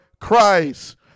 Christ